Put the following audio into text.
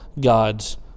God's